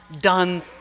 done